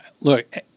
Look